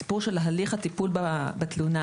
הסיפור של הליך הטיפול בתלונה,